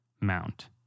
mount